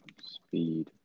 speed